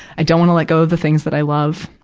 i don't want to let go of the things that i love.